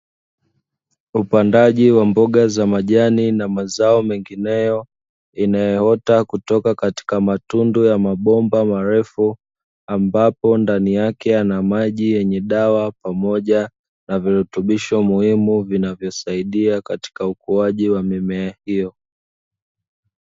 Upandaji wa mboga za majani na mazao mengineyo inayoota kutoka katika matundu ya mabomba marefu, ambapo ndani yake yana maji yenye dawa pamoja na virutubisho muhimu vinavyosaidia katika ukuaji wa mimea hiyo.